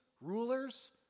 Rulers